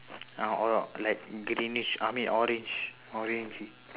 ah orh like greenish I mean orange orange